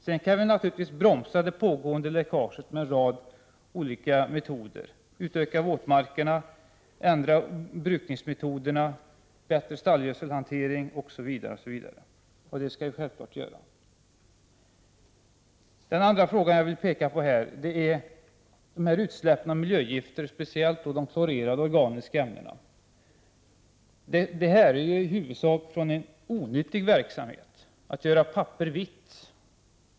Sedan kan vi naturligtvis bromsa det pågående läckaget med en rad olika metoder, bl.a. genom att utöka våtmarkerna, ändra brytningsmetoderna, ha en bättre stallgödselhantering osv. Detta skall vi självfallet göra. Den andra frågan som jag vill peka på i sammanhanget är de utsläpp av miljögifter, speciellt de klorerade organiska ämnena, som i huvudsak härrör från en onyttig verksamhet, nämligen att göra papper vitt.